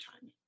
time